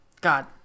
God